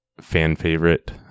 fan-favorite